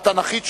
התנ"כית,